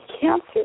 cancer